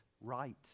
right